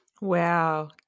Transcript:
wow